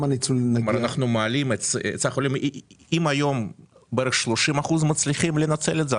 אם היום בערך 30 אחוזים מצליחים לנצל את זה,